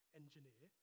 engineer